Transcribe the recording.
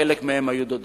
וחלק מהם היו דודי,